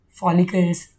follicles